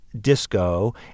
disco